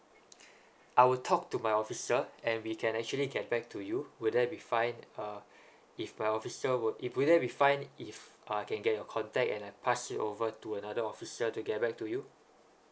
I will talk to my officer and we can actually get back to you would that be fine uh if my officer would if will that be fine if uh can get your contact and I pass you over to another officer to get back to you